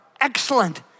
excellent